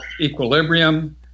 equilibrium